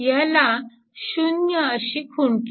याला 0 अशी खूण केलेली आहे